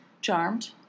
Charmed